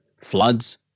Floods